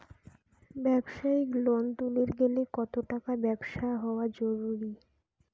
ব্যবসায়িক লোন তুলির গেলে কতো টাকার ব্যবসা হওয়া জরুরি?